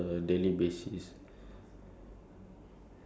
it's actually creative to think about it ah because we are used to this